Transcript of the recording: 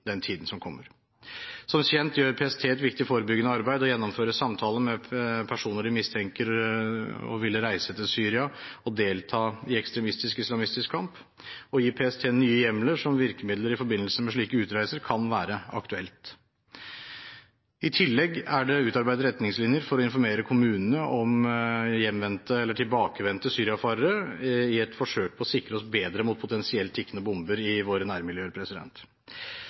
den tiden som kommer. Som kjent gjør PST et viktig forebyggende arbeid og gjennomfører samtaler med personer de mistenker å ville reise til Syria og delta i ekstremistisk islamistisk kamp. Å gi PST nye hjemler som virkemiddel i forbindelse med slike utreiser kan være aktuelt. I tillegg er det utarbeidet retningslinjer for å informere kommunene om hjemvendte, eller tilbakevendte, syriafarere i et forsøk på å sikre oss bedre mot potensielt tikkende bomber i våre nærmiljøer.